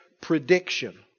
prediction